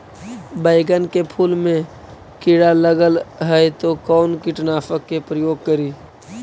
बैगन के फुल मे कीड़ा लगल है तो कौन कीटनाशक के प्रयोग करि?